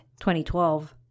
2012